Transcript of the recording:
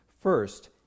First